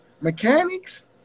mechanics –